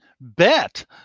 bet